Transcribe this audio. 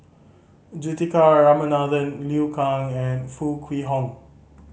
Juthika Ramanathan Liu Kang and Foo Kwee Horng